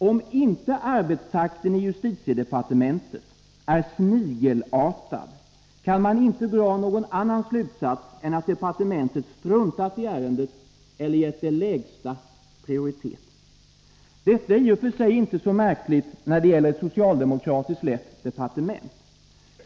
Om inte arbetstakten i justitiedepartementet är snigelartad, kan man inte dra någon annan slutsats än att departementet struntat i ärendet eller gett det lägsta prioritet. Detta är i och för sig inte så märkligt när det gäller ett socialdemokratiskt lett departement.